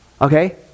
Okay